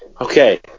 Okay